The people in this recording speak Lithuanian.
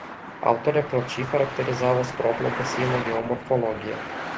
autorė plačiai charakterizavo skroblo baseino geomorfologiją